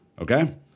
okay